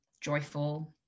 joyful